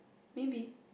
maybe